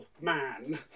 Man